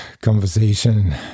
conversation